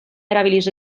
erabiliz